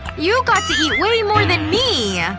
you got to eat way more than me! ah,